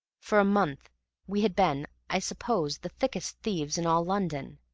for a month we had been, i suppose, the thickest thieves in all london,